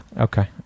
Okay